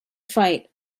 fight